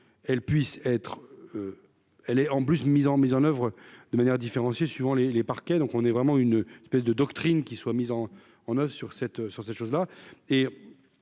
qu'elle puisse être, elle est en plus une mise en mise en oeuvre de manière différenciée suivant les les parquets, donc on est vraiment une espèce de doctrine qui soit mis en en hausse sur cette sur